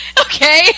Okay